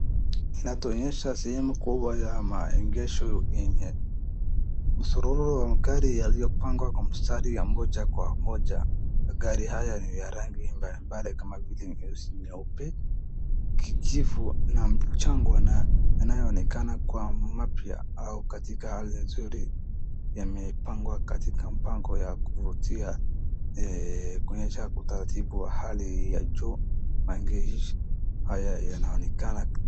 Inatuonyesha sehemu kubwa ya maengesho yenye mshororo wa magari yaliyopangwa Kwa msitari wa Moja Kwa moja. Magari haya ni ya rangi mbalimbali kama vile nyeusi, nyeupe, kijifu na mchango na yanayoonekana kuwa mapya au katika hali nzuri yamepangwa katika mpango wa kuvutia kuonyesha utaratibu wa hali ya juu. Maengesho haya yanaonekana...